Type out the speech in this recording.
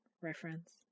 reference